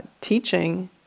teaching